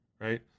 right